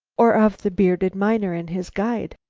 or of the bearded miner and his guide?